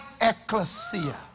ecclesia